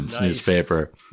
newspaper